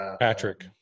Patrick